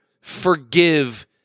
forgive